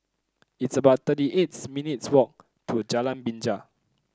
it's about thirty eights minutes' walk to Jalan Binja